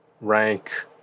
rank